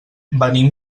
venim